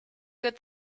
good